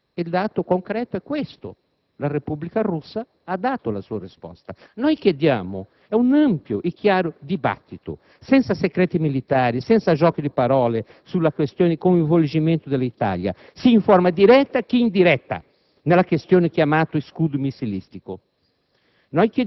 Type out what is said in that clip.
Il dato concreto è questo: la Repubblica russa ha dato la sua risposta. Noi chiediamo un ampio e chiaro dibattito, senza segreti militari, senza giochi di parole sulla questione del coinvolgimento dell'Italia, sia in forma diretta che indiretta, nella questione chiamata scudo missilistico.